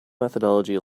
methodology